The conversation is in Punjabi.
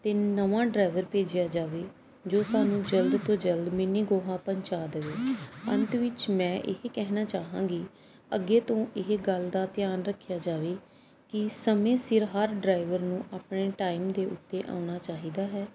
ਅਤੇ ਨਵਾਂ ਡਰਾਈਵਰ ਭੇਜਿਆ ਜਾਵੇ ਜੋ ਸਾਨੂੰ ਜਲਦ ਤੋਂ ਜਲਦ ਮਿਨੀ ਗੋਆ ਪਹੁੰਚਾ ਦੇਵੇ ਅੰਤ ਵਿੱਚ ਮੈਂ ਇਹੀ ਕਹਿਣਾ ਚਾਹਾਂਗੀ ਅੱਗੇ ਤੋਂ ਇਹ ਗੱਲ ਦਾ ਧਿਆਨ ਰੱਖਿਆ ਜਾਵੇ ਕਿ ਸਮੇਂ ਸਿਰ ਹਰ ਡਰਾਈਵਰ ਨੂੰ ਆਪਣੇ ਟਾਈਮ ਦੇ ਉੱਤੇ ਆਉਣਾ ਚਾਹੀਦਾ ਹੈ